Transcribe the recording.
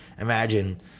imagine